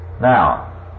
Now